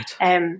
Right